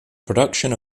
production